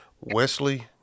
wesley